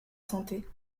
santé